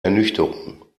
ernüchterung